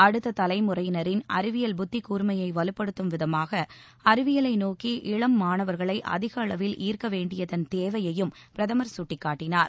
அடுத்த தலைமுறையினரின் அறிவியல் புத்தி கூர்மையை வலுப்படுத்தும் விதமாக அறிவியலை நோக்கி இளம் மாணவர்களை அதிக அளவில் ஈர்க்க வேண்டியதன் தேவையையும் பிரதமர் சுட்டிக்காட்டினார்